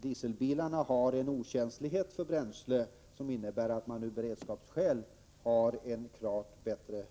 Dieselbilarna har en okänslighet för bränsle, som innebär att de från beredskapssynpunkt är klart bättre.